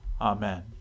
Amen